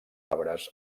arbres